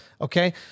Okay